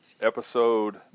episode